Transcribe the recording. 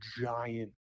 giant